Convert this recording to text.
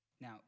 Now